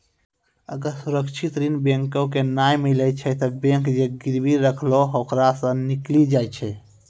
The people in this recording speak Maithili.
अगर सुरक्षित ऋण बैंको के नाय मिलै छै तै बैंक जे गिरबी रखलो ओकरा सं निकली जाय छै